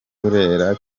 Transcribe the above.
burera